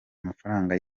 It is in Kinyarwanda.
amafaranga